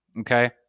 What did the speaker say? okay